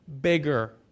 bigger